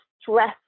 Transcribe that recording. stress